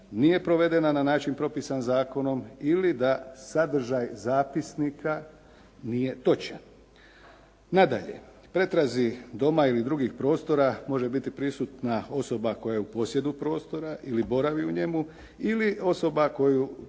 nije provedena na način propisana zakonom ili da sadržaj zapisnika nije točan. Nadalje, pretrazi doma ili drugih prostora može biti prisutna osoba koja je u posjedu prostora ili boravi u njemu ili osoba koju